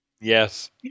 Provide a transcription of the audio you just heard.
Yes